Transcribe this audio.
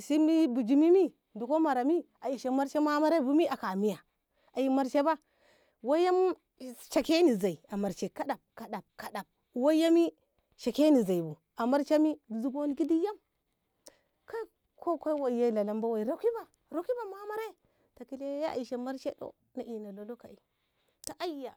Simi bijimi ni diko mara mi a ishe marshe ma a mara bu mi aka miya e marshe ba woiye shekeni zei a marshe kaɗaf- kaɗaf woi me shekene zei bu a marshe zugoni gidi yam kai koi woiye lalamba woi roki ba roki ba mu a mara e ta kile a ishe marshe toh ni ina lolo ka. e ta aiya